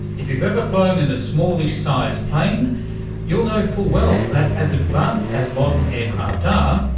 if you've ever flown in a smallish sized plane you'll know full well that as advanced as modern aircraft are,